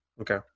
Okay